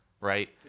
right